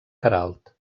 queralt